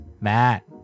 Matt